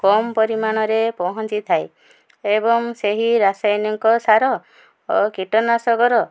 କମ୍ ପରିମାଣରେ ପହଞ୍ଚିଥାଏ ଏବଂ ସେହି ରାସାୟନିକ ସାର ଓ କୀଟନାଶକର